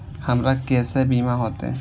हमरा केसे बीमा होते?